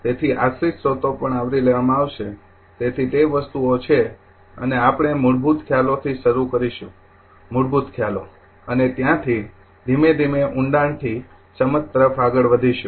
તેથી આશ્રિત સ્ત્રોતો પણ આવરી લેવામાં આવશે તેથી તે વસ્તુઓ છે અને આપણે મૂળભૂત ખ્યાલોથી શરૂ કરીશું મૂળભૂત ખ્યાલો અને ત્યાંથી ધીમે ધીમે ઊંડાણથી સમજ તરફ આગળ વધીશું